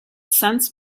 sense